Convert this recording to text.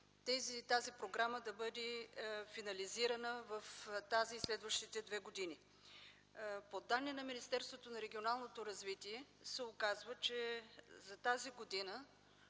тази програма да бъде финализирана тази и следващите две години. По данни на Министерството на регионалното развитие и благоустройството се оказва, че за тази година,